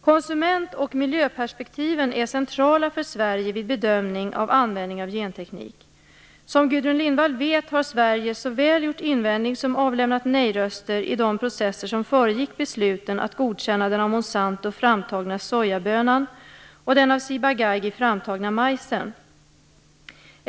Konsument och miljöperspektiven är centrala för Som Gudrun Lindvall vet har Sverige såväl gjort invändning som avlämnat nej-röster i de processer som föregick besluten att godkänna den av Monasanto framtagna sojabönan och den av Ciba-Geigy framtagna majsen.